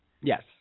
Yes